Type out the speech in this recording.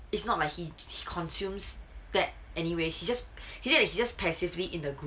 it's not like he consumes that anyway he just he just passively in a group